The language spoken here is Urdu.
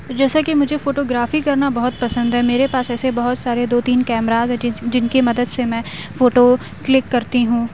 جیسا کہ مجھے فوٹو گرافی کرنا بہت پسند ہے میرے پاس ایسے بہت سارے دو تین کیمراز ہیں جن کی مدد سے میں فوٹو کلک کرتی ہوں